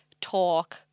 talk